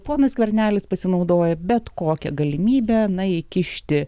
ponas skvernelis pasinaudoja bet kokia galimybe na įkišti